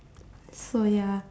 so ya